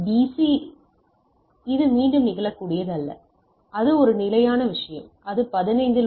C இது மீண்டும் நிகழக்கூடியது அல்ல அது ஒரு நிலையான விஷயம் அது 15 இல் உள்ளது